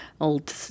old